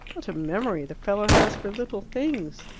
what a memory the fellow has for little things!